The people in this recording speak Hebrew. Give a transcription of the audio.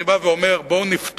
אני בא ואומר: בואו נפטור